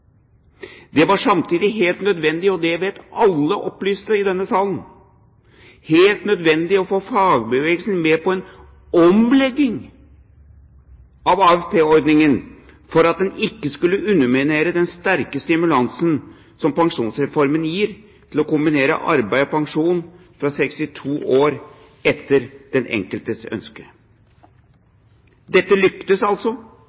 Det var samtidig helt nødvendig – og det vet alle opplyste i denne salen – å få fagbevegelsen med på en omlegging av AFP-ordningen for at den ikke skulle underminere den sterke stimulansen som pensjonsreformen gir til å kombinere arbeid og pensjon fra 62 år, etter den enkeltes ønske. Dette lyktes altså.